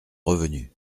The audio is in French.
revenu